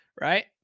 right